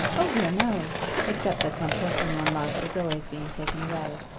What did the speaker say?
oh dear, no except that some person one loves is always being taken away.